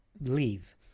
leave